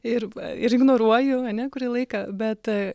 ir ir ignoruoju ane kurį laiką bet